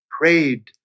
prayed